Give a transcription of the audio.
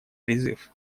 призыв